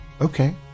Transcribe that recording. Okay